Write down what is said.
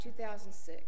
2006